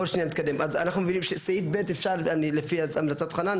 אנחנו מבינים שסעיף (ב) לפי המלצת חנן